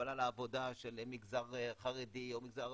קבלה לעבודה של מגזר חרדי או מגזר ערבי,